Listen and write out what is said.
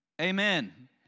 Amen